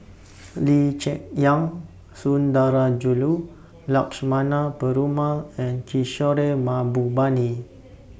Lee Cheng Yan Sundarajulu Lakshmana Perumal and Kishore Mahbubani